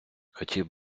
хотів